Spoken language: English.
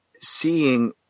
seeing